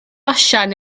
osian